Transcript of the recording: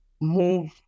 move